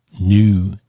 new